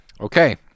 Okay